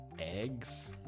eggs